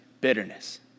bitterness